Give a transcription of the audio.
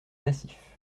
massif